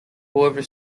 whoever